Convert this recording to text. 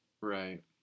Right